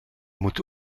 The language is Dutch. moet